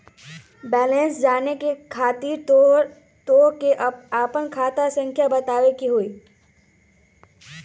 Balance जाने खातिर तोह के आपन खाता संख्या बतावे के होइ?